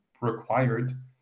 required